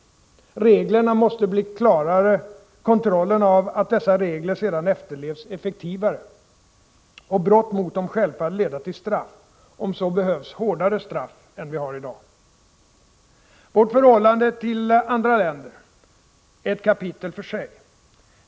Reglerna måste bli klarare, kontrollen av att dessa regler sedan efterlevs effektivare — och brott mot dem måste självfallet leda till straff, om så behövs hårdare straff än vi har i dag. Vårt förhållande till andra länder är ett kapitel för sig.